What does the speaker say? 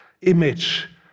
image